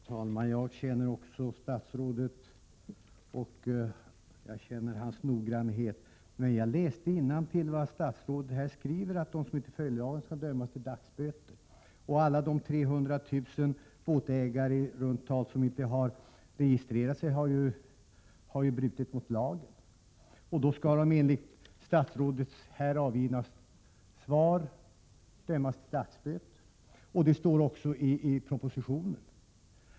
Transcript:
Herr talman! Jag känner också statsrådet och jag känner hans noggrannhet. Jag har läst innantill vad statsrådet skriver ”att den som inte följer lagen kan dömas till dagsböter”. Alla de i runt tal 300 000 båtägare som inte har registrerat sig har ju brutit mot lagen. Då skall de enligt statsrådets här avgivna svar dömas till dagsböter. Det står också i propositionen.